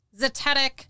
Zetetic